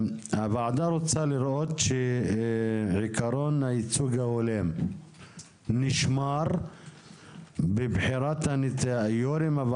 הוועדה רוצה לראות שעיקרון הייצוג ההולם נשמר בבחירת יושבי הראש